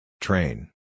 Train